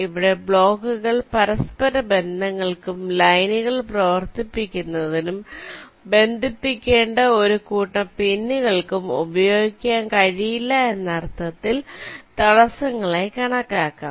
ഇവിടെ ബ്ലോക്കുകൾ പരസ്പരബന്ധങ്ങൾക്കും ലൈനുകൾ പ്രവർത്തിപ്പിക്കുന്നതിനും ബന്ധിപ്പിക്കേണ്ട ഒരു കൂട്ടം പിന്നുകൾക്കും ഉപയോഗിക്കാൻ കഴിയില്ല എന്ന അർത്ഥത്തിൽ തടസ്സങ്ങളായി കണക്കാക്കാം